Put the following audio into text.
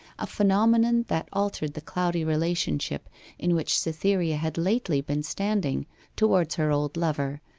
a phenomenon that altered the cloudy relationship in which cytherea had lately been standing towards her old lover,